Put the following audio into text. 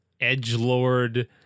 edgelord